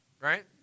right